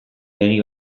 begi